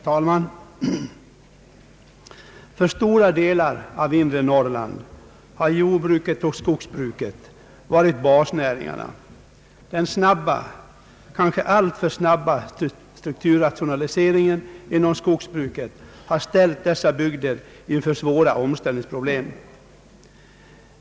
Herr talman! För stora delar av inre Norrland har jordbruket och skogsbruket varit basnäringarna. Den snabba — kanske alltför snabba — strukturrationaliseringen inom <:skogsbruket har ställt dessa bygder inför svåra omställningsproblem.